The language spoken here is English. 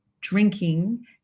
drinking